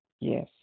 Yes